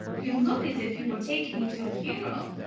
you look as if you were taking me to a funeral.